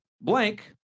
blank